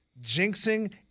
Jinxing